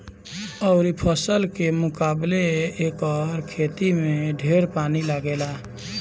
अउरी फसल के मुकाबले एकर खेती में ढेर पानी लागेला